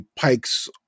Pikes